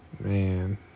Man